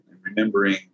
remembering